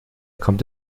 kommt